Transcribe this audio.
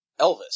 Elvis